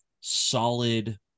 solid